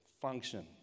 function